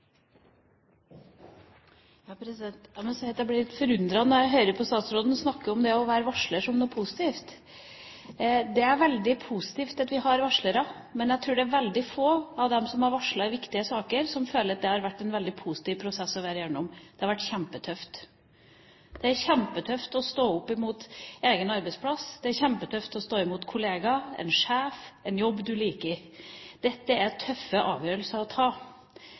Jeg må si at jeg blir litt forundret når jeg hører statsråden snakke om det å være varsler som noe positivt. Det er veldig positivt at vi har varslere, men jeg tror det er veldig få av dem som har varslet i viktige saker, som føler at det har vært en veldig positiv prosess å være igjennom. Det er kjempetøft. Det er kjempetøft å stå opp imot egen arbeidsplass, det er kjempetøft å stå imot kolleger, en sjef, en jobb man liker. Dette er tøffe avgjørelser å ta.